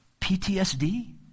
PTSD